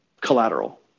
collateral